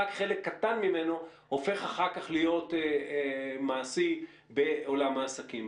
רק חלק קטן ממנו הופך אחר כך להיות מעשי בעולם העסקים.